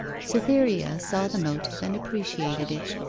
cytherea saw the motive and appreciated it,